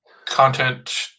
Content